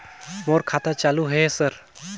मोर खाता चालु हे सर?